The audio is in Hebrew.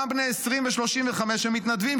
גם בני 20 ו-35 הם מתנדבים,